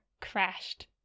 crashed